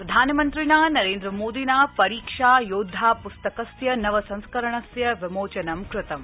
प्रधानमन्त्रिणा नरेन्द्रमोदिन परीक्षा योद्धा प्स्तकस्य नव संस्करणस्य विमोचनं कृतम्